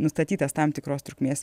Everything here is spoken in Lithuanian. nustatytas tam tikros trukmės